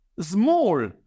small